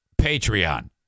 Patreon